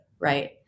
right